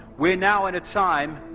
we are now at a time,